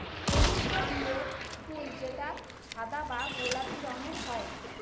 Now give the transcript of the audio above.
ওলিয়ানদের ফুল যেটা সাদা বা গোলাপি রঙের হয়